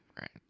Right